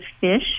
fish